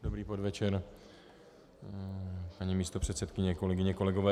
Dobrý podvečer, paní místopředsedkyně, kolegyně, kolegové.